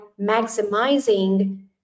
maximizing